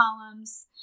columns